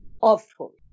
awful